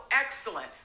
excellent